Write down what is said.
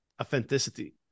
authenticity